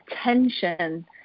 attention